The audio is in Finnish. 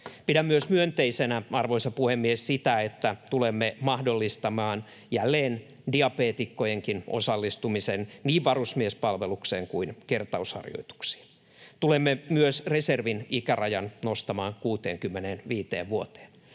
Pidän myönteisenä, arvoisa puhemies, myös sitä, että tulemme mahdollistamaan jälleen diabeetikkojenkin osallistumisen niin varusmiespalvelukseen kuin kertausharjoituksiin. Tulemme myös nostamaan reservin ikärajan 65 vuoteen.